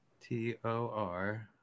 T-O-R